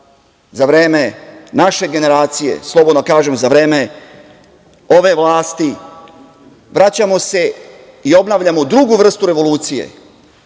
za vreme naše generacije, slobodno kažem za vreme ove vlasti, vraćamo se i obnavljamo drugu vrstu revolucije,